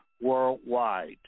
worldwide